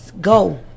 go